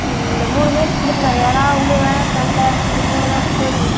இந்த மூணுமே கொடுங்க இறா உளுவை கெண்டை இது மூணு தான் பிடிக்கும்